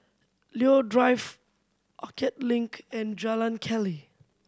Leo Drive Orchard Link and Jalan Keli